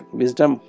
wisdom